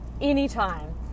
anytime